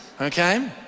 Okay